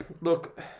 look